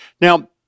Now